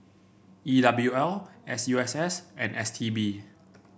E W L S U S S and S T B